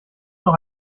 noch